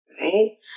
right